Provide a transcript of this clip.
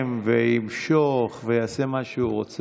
שמעו.